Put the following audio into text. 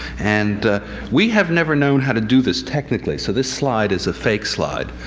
and we have never known how to do this technically, so this slide is a fake slide.